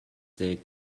they